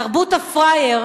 תרבות הפראייר,